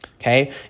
okay